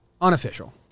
Unofficial